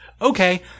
Okay